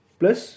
plus